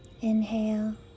Inhale